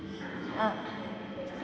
ah